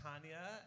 Tanya